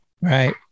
Right